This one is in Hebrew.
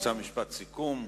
רוצה משפט סיכום,